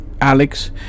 Alex